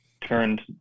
turned